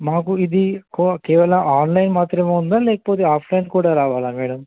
మాకు ఇది కేవలం ఆన్లైన్ మాత్రమే ఉందా లేకపోతే ఆఫ్లైన్ కూడా రావాలా మేడం